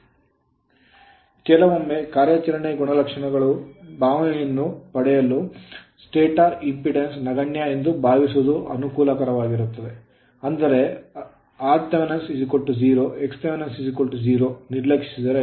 ಈಗ ಕೆಲವೊಮ್ಮೆ ಕಾರ್ಯಾಚರಣೆಯ ಗುಣಲಕ್ಷಣದ ಭಾವನೆಯನ್ನು ಪಡೆಯಲು stator impedance ಸ್ಟಾಟರ್ ಇಂಪೆಡಾನ್ಸ್ ನಗಣ್ಯಎಂದು ಭಾವಿಸುವುದು ಅನುಕೂಲಕರವಾಗಿದೆ ಅಂದರೆ ಆರ್ಥ್ rth 0 xth 0 ನಿರ್ಲಕ್ಷಿಸಿದರೆ